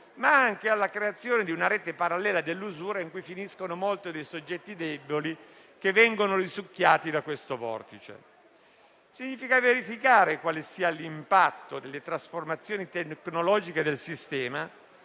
ma anche alla creazione di una rete parallela dell'usura in cui finiscono molti dei soggetti deboli che vengono risucchiati da questo vortice, verificare quale sia l'impatto delle trasformazioni tecnologiche del sistema,